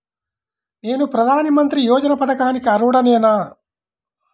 నేను ప్రధాని మంత్రి యోజన పథకానికి అర్హుడ నేన?